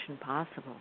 possible